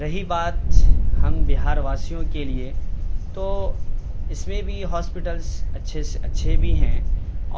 رہی بات ہم بہار واسیوں کے لیے تو اس میں بھی ہاسپٹلس اچھے سے اچھے بھی ہیں